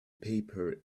paper